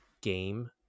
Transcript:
game